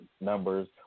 numbers